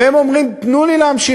והם אומרים, תנו לי להמשיך.